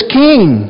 king